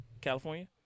California